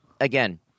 again